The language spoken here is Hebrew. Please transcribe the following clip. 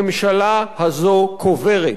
הממשלה הזאת קוברת.